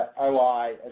OI